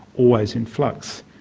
always in flux.